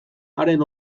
haren